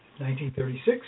1936